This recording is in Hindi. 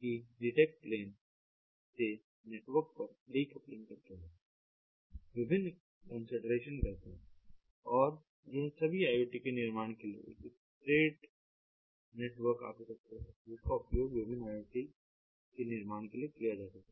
की डिटेक्ट प्लेन से नेटवर्क पर डीकपलिंग करके करता है विभिन्न कंसीडरेशन करता है और यह सभी IoT के निर्माण के लिए हैं एक स्ट्रेट नेटवर्क आर्किटेक्चर है जिसका उपयोग विभिन्न IoT के निर्माण के लिए किया जा सकता है